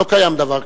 לא קיים דבר כזה.